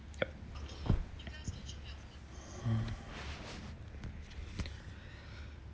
yup